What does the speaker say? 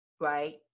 right